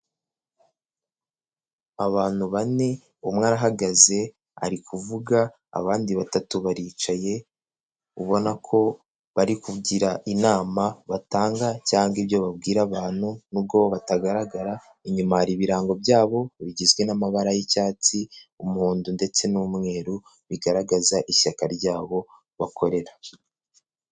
Abantu bane umwe arahagaze ari kuvuga, abandi batatu baricaye ubona ko bari kugira inama batanga cyangwa ibyo babwira abantu, n'ubwo batagaragara, inyuma hari ibirango byabo bigizwe n'amabara y'icyatsi, umuhondo ndetse n'umweru bigaragaza ishyaka ry'abo bakorera.